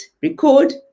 record